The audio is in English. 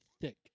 thick